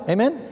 AMEN